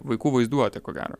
vaikų vaizduotę ko gero